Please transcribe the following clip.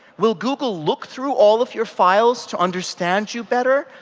will google look through all of your files to understand you better?